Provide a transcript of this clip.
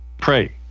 Pray